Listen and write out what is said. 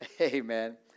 Amen